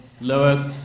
lower